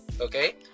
okay